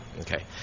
okay